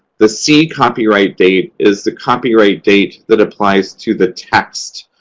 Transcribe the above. the c copyright date is the copyright date that applies to the text,